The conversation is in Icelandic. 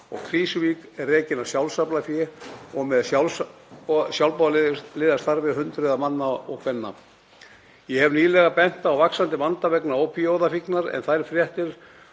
og Krýsuvíkur er rekinn með sjálfsaflafé og með sjálfboðaliðastarfi hundruða manna og kvenna. Ég hef nýlega bent á vaxandi vanda vegna ópíóíðafíknar en þær fréttir